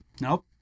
Nope